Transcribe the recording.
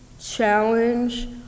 challenge